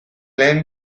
lehen